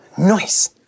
Nice